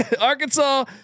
Arkansas